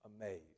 amazed